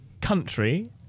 country